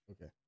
okay